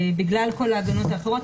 בגלל כל ההגנות האחרות,